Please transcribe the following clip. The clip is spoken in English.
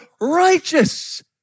righteous